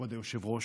כבוד היושב-ראש,